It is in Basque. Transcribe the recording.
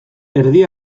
erdi